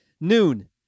Noon